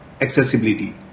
accessibility